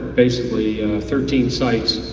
basically thirteen sites,